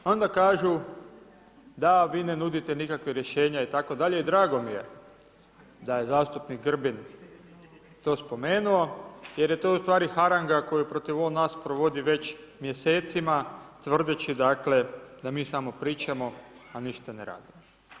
Onda kažu da vi ne nudite nikakva rješenja itd. i drago mi je da zastupnik Grbin to spomenuo jer je to u stvari haranga koju protiv nas provodi već mjesecima tvrdeći da mi samo pričamo, a ništa ne radimo.